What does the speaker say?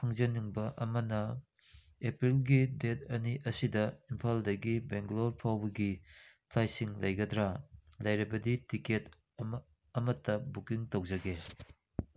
ꯈꯪꯖꯅꯤꯡꯕ ꯑꯃꯅ ꯑꯦꯄ꯭ꯔꯤꯜꯒꯤ ꯗꯦꯗ ꯑꯅꯤ ꯑꯁꯤꯗ ꯏꯝꯐꯥꯜꯗꯒꯤ ꯕꯦꯡꯒꯂꯣꯔ ꯐꯥꯎꯕꯒꯤ ꯐ꯭ꯂꯥꯏꯠꯁꯤꯡ ꯂꯩꯒꯗ꯭ꯔꯥ ꯂꯩꯔꯕꯗꯤ ꯇꯤꯛꯀꯦꯠ ꯑꯃꯇ ꯕꯨꯛꯀꯤꯡ ꯇꯧꯖꯒꯦ